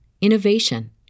innovation